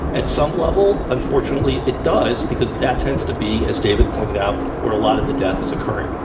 at some level, unfortunately it does because that tends to be, as david pointed out, where a lot of the death is occurring.